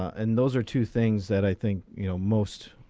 and those are two things that i think you know most.